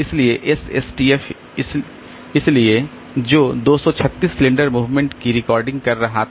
इसलिए एसएसटीएफ इसलिए जो 236 सिलेंडर मूवमेंट की रिकॉर्डिंग कर रहा था